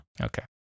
Okay